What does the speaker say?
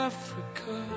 Africa